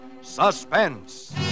Suspense